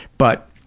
but,